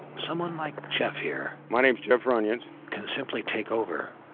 someone like jeff here. my name is jeff runions, can simply take over,